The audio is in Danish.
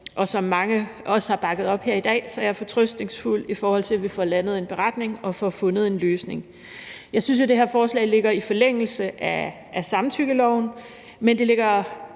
som mange også har bakket op her i dag. Så jeg er fortrøstningsfuld, i forhold til at vi får landet en beretning og får fundet en løsning. Jeg synes jo, at det her forslag ligger i forlængelse af samtykkeloven, men det ligger